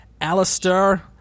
Alistair